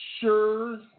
sure